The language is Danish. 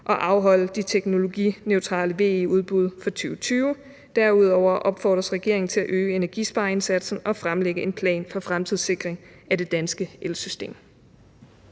og afholde de teknologineutrale VE-udbud for 2020. Derudover opfordres regeringen til at øge energispareindsatsen og fremlægge en plan for fremtidssikring af det danske elsystem.«